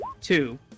Two